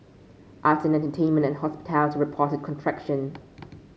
arts and entertainment and hospitality reported contraction